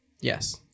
Yes